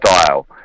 style